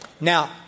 Now